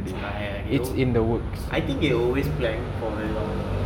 !haiya! they wo~ I think they'll always plan for very long